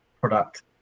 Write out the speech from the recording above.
product